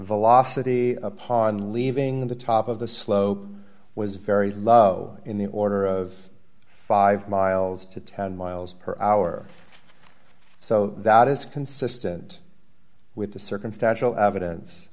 velocity upon leaving the top of the slope was very low in the order of five miles to ten miles per hour so that is consistent with the circumstantial evidence